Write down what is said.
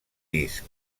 disc